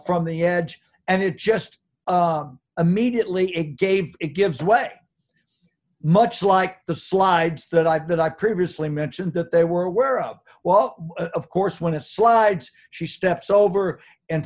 from the edge and it just immediately it gave it gives way much like the slides that i had that i previously mentioned that they were aware of while of course when it slides she steps over and